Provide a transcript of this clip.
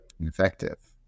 effective